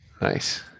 Nice